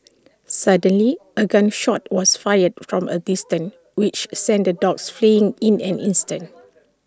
suddenly A gun shot was fired from A distance which sent the dogs fleeing in an instant